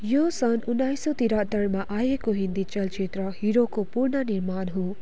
यो सन् उन्नाइस सय तिरहत्तरमा आएको हिन्दी चलचित्र हिरोको पुनःनिर्माण हो